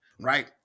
right